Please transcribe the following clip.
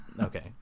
okay